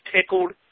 tickled